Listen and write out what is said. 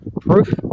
proof